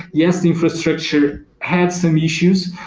yes, infrastructure had some issues.